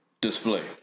display